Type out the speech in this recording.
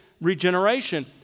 regeneration